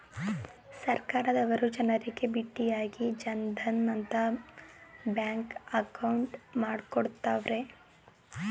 ಸರ್ಕಾರದವರು ಜನರಿಗೆ ಬಿಟ್ಟಿಯಾಗಿ ಜನ್ ಧನ್ ಅಂತ ಬ್ಯಾಂಕ್ ಅಕೌಂಟ್ ಮಾಡ್ಕೊಡ್ತ್ತವ್ರೆ